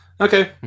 Okay